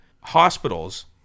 hospitals